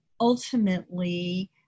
ultimately